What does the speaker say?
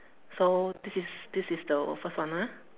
so this is this is the first one ah